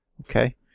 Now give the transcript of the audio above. Okay